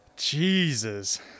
Jesus